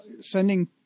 sending